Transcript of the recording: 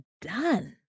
done